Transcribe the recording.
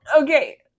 okay